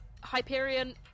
Hyperion